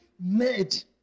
made